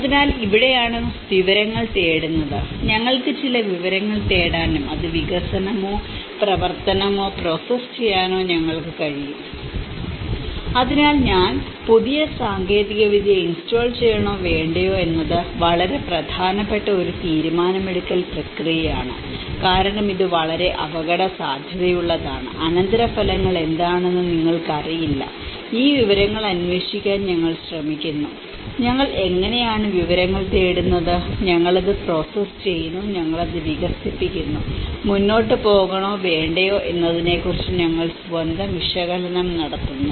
അതിനാൽ ഇവിടെയാണ് വിവരങ്ങൾ തേടുന്നത് ഞങ്ങൾക്ക് ചില വിവരങ്ങൾ തേടാനും അത് വികസനമോ പ്രവർത്തനമോ പ്രോസസ്സ് ചെയ്യാനോ ഞങ്ങൾക്ക് കഴിയും അതിനാൽ ഞാൻ പുതിയ സാങ്കേതികവിദ്യ ഇൻസ്റ്റാൾ ചെയ്യണോ വേണ്ടയോ എന്നത് വളരെ പ്രധാനപ്പെട്ട ഒരു തീരുമാനമെടുക്കൽ പ്രക്രിയയാണ് കാരണം ഇത് വളരെ അപകടസാധ്യതയുള്ളതാണ് അനന്തരഫലങ്ങൾ എന്താണെന്ന് നിങ്ങൾക്കറിയില്ല ഈ വിവരങ്ങൾ അന്വേഷിക്കാൻ ഞങ്ങൾ ശ്രമിക്കുന്നു ഞങ്ങൾ എങ്ങനെയാണ് വിവരങ്ങൾ തേടുന്നത് ഞങ്ങൾ അത് പ്രോസസ്സ് ചെയ്യുന്നു ഞങ്ങൾ അത് വികസിപ്പിക്കുന്നു മുന്നോട്ട് പോകണോ വേണ്ടയോ എന്നതിനെക്കുറിച്ച് ഞങ്ങൾ സ്വന്തം വിശകലനം നടത്തുന്നു